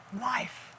life